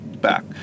back